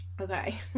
Okay